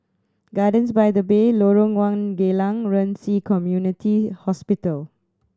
Gardens by the Bay Lorong One Geylang Ren Ci Community Hospital